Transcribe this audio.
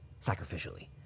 sacrificially